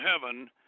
heaven